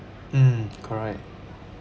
mm correct